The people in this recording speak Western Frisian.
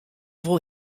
wol